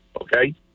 Okay